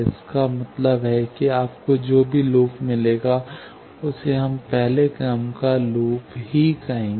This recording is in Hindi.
इसका मतलब है कि आपको जो भी लूप मिलेगा उसे हम पहले क्रम का लूप कहेंगे